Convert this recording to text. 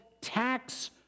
tax